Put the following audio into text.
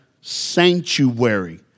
sanctuary